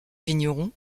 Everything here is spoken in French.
vigneron